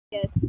Yes